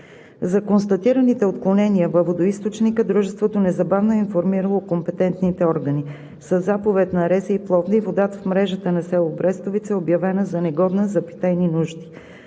За констатираните отклонения във водоизточника Дружеството незабавно е информирало компетентните органи. Със заповед на РЗИ – Пловдив, водата в мрежата на село Брестовица е обявена за негодна за питейни нужди.